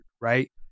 right